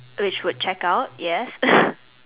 which would check out yes